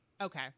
Okay